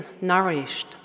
nourished